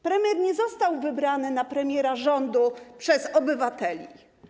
Premier nie został wybrany na premiera rządu przez obywateli.